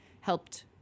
helped